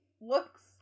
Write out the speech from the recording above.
looks